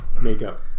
makeup